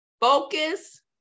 focus